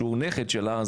שהוא נכד שלה,